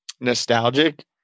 nostalgic